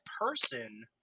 person